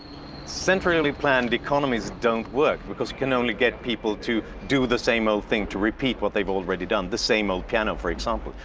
centrally planned economies don't work because you can only get people to do the same old thing, to repeat what they've already done, the same old piano, for example.